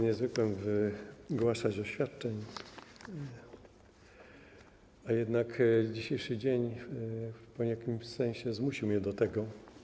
Nie zwykłem wygłaszać oświadczeń, a jednak dzisiejszy dzień w jakimś sensie zmusił mnie do tego.